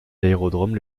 aérodromes